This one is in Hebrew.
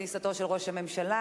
לכניסתו של ראש הממשלה,